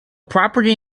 property